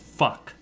fuck